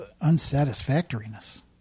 unsatisfactoriness